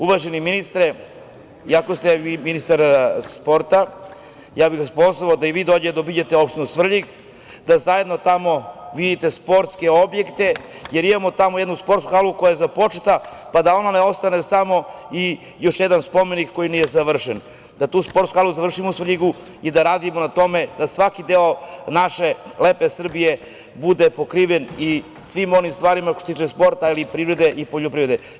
Uvaženi ministre, iako ste vi ministar sporta, ja bih vas pozvao da i vi dođete da obiđete opštinu Svrljig, da zajedno tamo vidite sportske objekte, jer imamo tamo jednu sportsku halu koja je započeta, pa da ona ne ostane samo još jedan spomenik koji nije završen, da tu sportsku halu završimo u Svrljigu i da radimo na tome da svaki deo naše lepe Srbije bude pokriven i svim onim stvarima što se tiče sporta, ali i privrede i poljoprivrede.